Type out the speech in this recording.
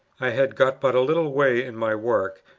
i had got but a little way in my work,